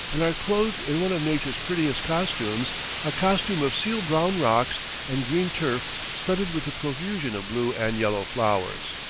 and are clothed in one of nature's prettiest costumes a costume of seal-brown rocks and green turf studded with a profusion of blue and yellow flowers.